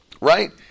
right